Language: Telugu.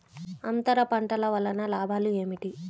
అంతర పంటల వలన లాభాలు ఏమిటి?